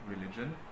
religion